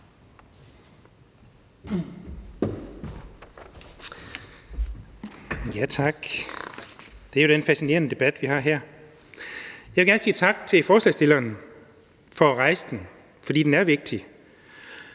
Tak. Det er jo en fascinerende debat, vi har her. Jeg vil gerne sige tak til forslagsstillerne for at rejse den, for den er vigtig.